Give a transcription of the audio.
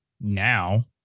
now